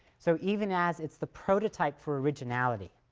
so, even as it's the prototype for originality,